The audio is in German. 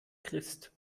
christ